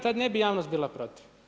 Tad ne bi javnost bila protiv.